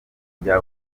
bya